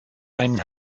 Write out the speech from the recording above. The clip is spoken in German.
einen